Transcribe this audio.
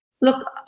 look